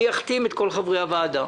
אחתים את כל חברי הוועדה,